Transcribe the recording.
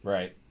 Right